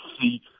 see